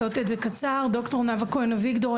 ד"ר נאוה כהן אביגדור,